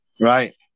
Right